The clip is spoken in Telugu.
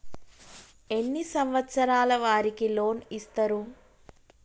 ఎన్ని సంవత్సరాల వారికి లోన్ ఇస్తరు?